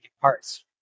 parts